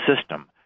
system